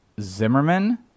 Zimmerman